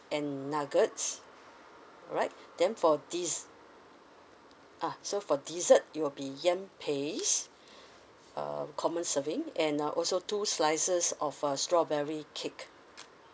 and nuggets alright then for des~ ah so for dessert it will be yam paste uh common serving and uh also two slices of uh strawberry cake